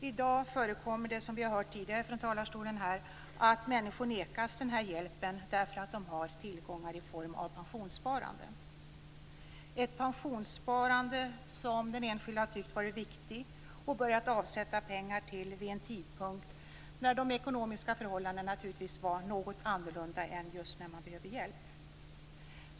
I dag förekommer det, som vi har hört tidigare från talarstolen, att människor nekas den här hjälpen därför att de har tillgångar i form av pensionssparande - ett pensionssparande som den enskilde ansett viktigt och börjat avsätta pengar till vid en tidpunkt när de ekonomiska förhållandena naturligtvis var något annorlunda än just när man behöver hjälp.